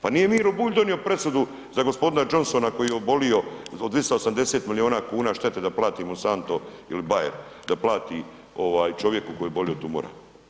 Pa nije Miro Bulj donio presudu za gospodina Johnsona koji je obolio od 280 miliona kuna štete da plati Monsanto ili Bayer da plati ovaj čovjeku koji je obolio od tumora.